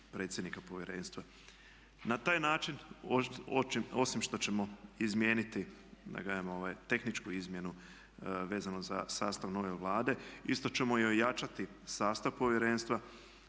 predsjednika povjerenstva. Na taj način osim što ćemo izmijeniti da kažem tehničku izmjenu vezanu za sastav nove Vlade, isto ćemo i ojačati sastav povjerenstva,